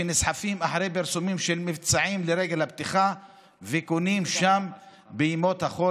שנסחפים אחרי פרסומים של מבצעים לרגל הפתיחה וקונים שם בימות החול